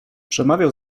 przemawiał